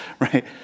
right